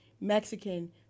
Mexican